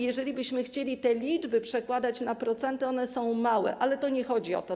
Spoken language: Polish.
Jeżeli byśmy chcieli te liczby przekładać na procenty, to one są małe, ale to nie o to chodzi.